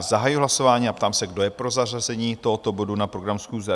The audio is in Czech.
Zahajuji hlasování a ptám se, kdo je pro zařazení tohoto bodu na program schůze?